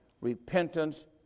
repentance